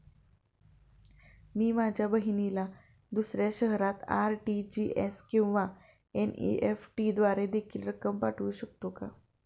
मी माझ्या बहिणीला दुसऱ्या शहरात आर.टी.जी.एस किंवा एन.इ.एफ.टी द्वारे देखील रक्कम पाठवू शकतो का?